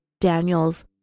Daniel's